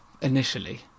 Initially